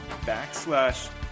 backslash